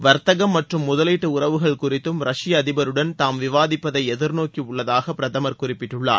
வர்த்தகம் மற்றும் முதலீட்டு உறவுகள் குறித்தும் ரஷ்ய அதிபருடன் தாம் விவாதிப்பதை எதிர்நோக்கி உள்ளதாக பிரதமர் குறிப்பிட்டுள்ளார்